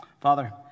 Father